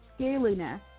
scaliness